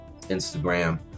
instagram